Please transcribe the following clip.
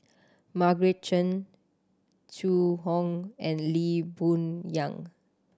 Margaret Chan Zhu Hong and Lee Boon Yang